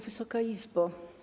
Wysoka Izbo!